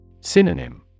Synonym